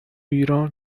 ایران